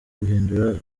guhindura